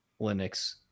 Linux